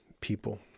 people